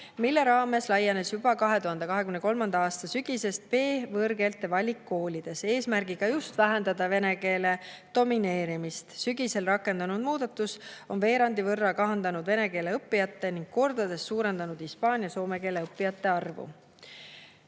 mille raames laienes juba 2023. aasta sügisest B‑võõrkeelte valik koolides, eesmärgiga just vähendada vene keele domineerimist. Sügisel rakendunud muudatus on veerandi võrra kahandanud vene keele õppijate ning kordades suurendanud hispaania ja soome keele õppijate arvu.